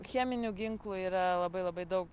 cheminių ginklų yra labai labai daug